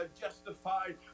justified